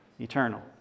Eternal